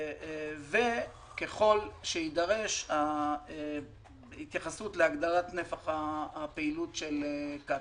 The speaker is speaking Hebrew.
וככל שיידרש ההתייחסות להגדלת נפח הפעילות של קצא"א.